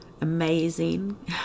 amazing